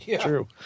True